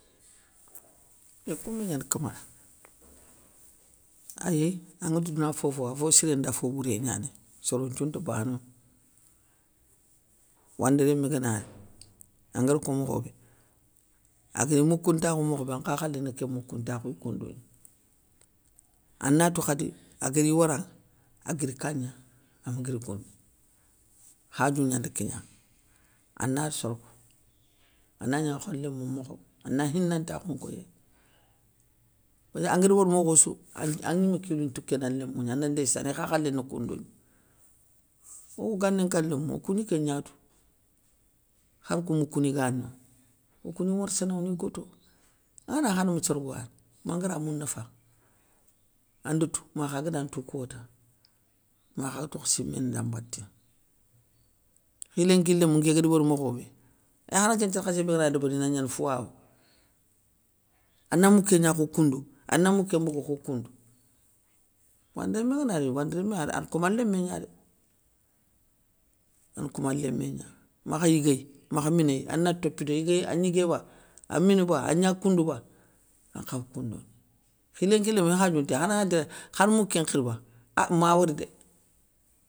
Yo koundou gnani kamara, ayi anŋatou douna fofo afo siré nda fo bouré gnanéy, soro nthiou nta banono. Wandi rémé gana ri, angar ko mokho bé aguégni moukountakhou mokhobé ankha khalé ni kén moukoun ntakhouye koundou gna, ana toukhadi agari waranŋa, aguiri kagna ama guiri gouné, khadiou gnanda kignanŋa, ana sorgo ana gna kho a lémou mokhoŋa ana khinantakhou nkoyéy. Passkeu angari wori mokhossou agn agnime kilou ntoukéna lémou gna, anati ndéyssané i kha khalé na koundou gna. Okou ganinka lémou, okou gni kéngna tou, khar kou moukouni gano okou ni warssana oni goto, angana khadama sorgowani mangara mounafaŋa. Ande tou makha gada ntou kota, makha ga tokh siméné dan mbaté. khiiénki lémou nké guéri wori mokho bé, ééhhh khara nké nthiér khassé bé gana débéri ina gna fowawo, ana mouké gna kho koundou, ana mouké nbogou kho koundou, wande rémé ngana ri, wandi rémé an an koma lémé gna dé. an koma lémé gna, makha yiguéy makha minéy, ana topito yigué angnigué ba, amini a an gna koundouba, ankhaw koundougna. Khi lénki lémou ikhadiou ntéy khara ngana ti khar mouké nkhir ba, ah ma wori dé.